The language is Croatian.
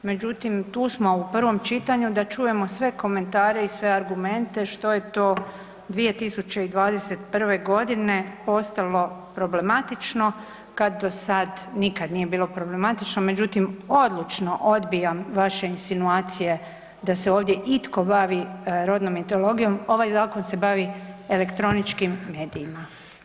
Međutim tu smo u prvom čitanju da čujemo sve komentare i sve argumente što je to 2021. godine postalo problematično kad do sad nikada nije bilo problematično, međutim odlučno odbijam vaše insinuacije da se ovdje itko bavi rodnom mitologijom, ovaj zakon se bavi elektroničkim medijima.